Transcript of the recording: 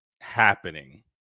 happening